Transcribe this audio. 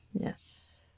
Yes